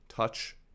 Touch